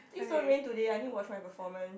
please don't rain today I need to watch my performance